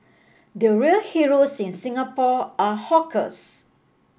the real heroes in Singapore are hawkers